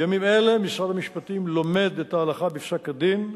בימים אלה משרד המשפטים לומד את ההלכה בפסק-הדין,